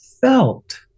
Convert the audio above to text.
felt